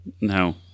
No